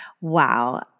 Wow